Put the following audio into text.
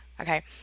okay